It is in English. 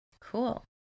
Cool